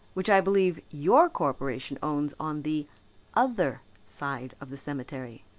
which i believe your corporation owns on the other side of the cemetery,